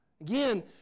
Again